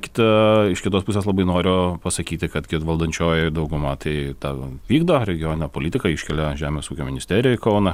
kitą iš kitos pusės labai noriu pasakyti kad valdančioji dauguma tai tą vykdo regioninę politiką iškelia žemės ūkio ministeriją į kauną